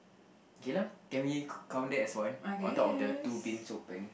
K lah can we count that as one on top of the two bins open